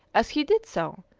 as he did so,